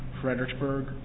fredericksburg